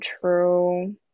true